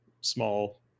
small